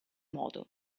modo